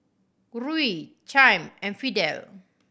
Ruie Chaim and Fidel